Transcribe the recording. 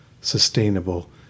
sustainable